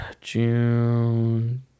June